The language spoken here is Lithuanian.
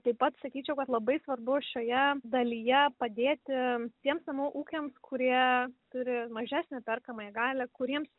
taip pat sakyčiau kad labai svarbu šioje dalyje padėti tiems namų ūkiams kurie turi mažesnę perkamąją galią kuriems